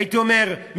הייתי אומר,